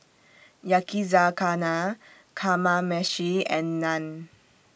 Yakizakana Kamameshi and Naan